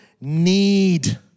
need